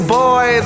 boy